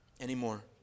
anymore